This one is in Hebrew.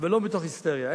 ולא מתוך היסטריה.